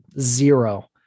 zero